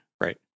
right